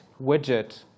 widget